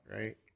right